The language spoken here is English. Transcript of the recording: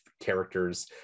characters